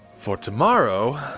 for tomorrow,